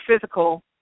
physical